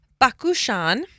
Bakushan